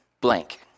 blank